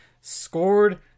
Scored